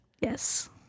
Yes